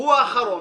והוא האחרון,